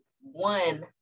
one